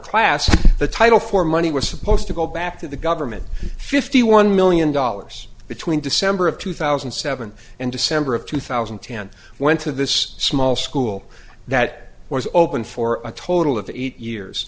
classes the title for money was supposed to go back to the government fifty one million dollars between december of two thousand and seven and december of two thousand and ten went to the this small school that was open for a total of eight years